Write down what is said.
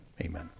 Amen